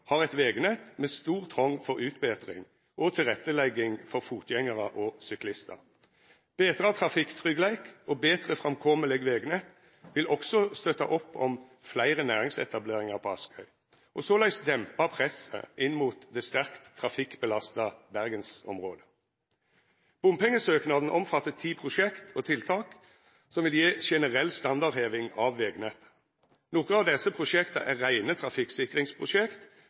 har eit vegnett med stor trong for utbetringar og tilrettelegging for fotgjengarar og syklistar. Betra trafikktryggleik og betre framkomeleg vegnett vil også støtta opp om fleire næringsetableringar på Askøy, og såleis dempa presset inn mot det sterkt trafikkbelasta bergensområdet. Bompengesøknaden omfattar ti prosjekt og tiltak som vil gje generell standardheving av vegnettet. Nokre av desse prosjekta er reine trafikksikringsprosjekt